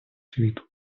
світу